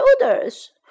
shoulders